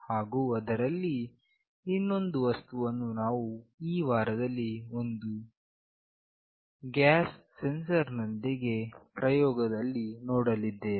ಹಾಗು ಅದರಲ್ಲಿ ಇನ್ನೊಂದು ವಸ್ತುವನ್ನು ನಾವು ಈ ವಾರದಲ್ಲಿ ಒಂದು ಗ್ಯಾಸ್ ಸೆನ್ಸರ್ ನೊಂದಿಗಿನ ಪ್ರಯೋಗದಲ್ಲಿ ನೋಡಲಿದ್ದೇವೆ